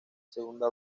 segunda